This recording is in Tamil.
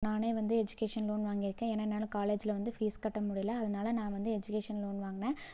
நானே வந்து எசிகேஷன் லோனு வாங்கிருக்கேன் ஏன்னா என்னால் காலேஜ்ல வந்து பீஸ் கட்டமுடியல அதனால நான் வந்து எஜிகேஷன் லோனு வாங்கின